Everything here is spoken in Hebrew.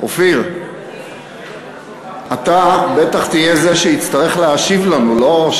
אופיר, אתה בטח תהיה זה שיצטרך להשיב לנו, לא?